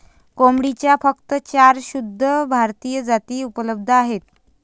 कोंबडीच्या फक्त चार शुद्ध भारतीय जाती उपलब्ध आहेत